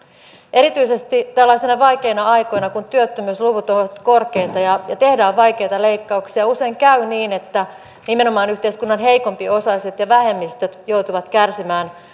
erityisesti tällaisina vaikeina aikoina kun työttömyysluvut ovat korkeita ja tehdään vaikeita leikkauksia usein käy niin että nimenomaan yhteiskunnan heikompiosaiset ja vähemmistöt joutuvat kärsimään